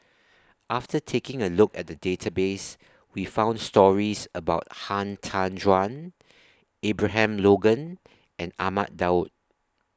after taking A Look At The Database We found stories about Han Tan Juan Abraham Logan and Ahmad Daud